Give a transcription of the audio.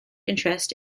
interest